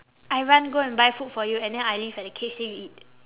I run go and buy food for you and then I leave at the cage then you eat